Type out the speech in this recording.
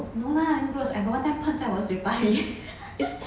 no lah damn gross I got one time 喷在我的嘴巴里